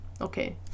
okay